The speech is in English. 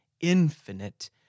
infinite